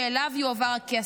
שאליו יועבר הכסף.